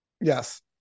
Yes